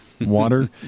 water